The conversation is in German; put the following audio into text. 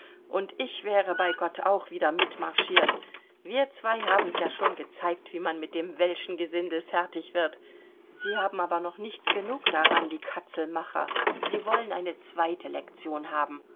und ich wäre bei gott auch wieder mitmarschiert wir zwei haben's ja schon gezeigt wie man mit dem welschen gesindel fertig wird sie haben aber noch nicht genug daran die katzelmacher sie wollen eine zweite lektion haben